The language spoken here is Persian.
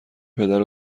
پدر